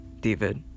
David